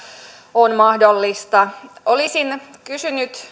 on mahdollista olisin kysynyt